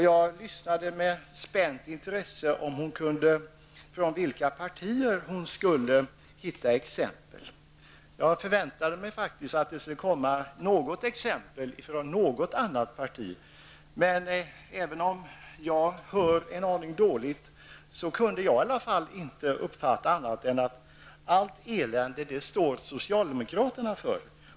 Jag lyssnade med spänt intresse för att höra från vilka partier hon skulle ta exempel. Jag förväntade mig faktiskt att det skulle komma exempel från något annat parti, men även om jag hör en aning dåligt kunde jag i alla fall inte uppfatta annat än att socialdemokraterna står för allt elände.